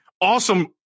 Awesome